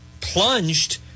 plunged